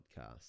podcast